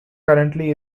currently